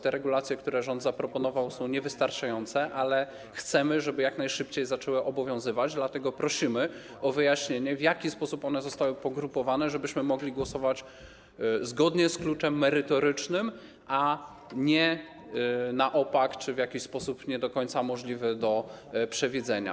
Te regulacje, które rząd zaproponował, są niewystarczające, ale chcemy, żeby jak najszybciej zaczęły obowiązywać, dlatego prosimy o wyjaśnienie, w jaki sposób one zostały pogrupowane, żebyśmy mogli głosować zgodnie z kluczem merytorycznym, a nie na opak czy w jakiś sposób nie do końca możliwy do przewidzenia.